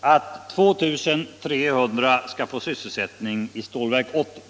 att 2 300 personer skulle få sysselsättning i Stålverk 80.